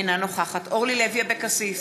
אינה נוכחת אורלי לוי אבקסיס,